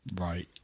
Right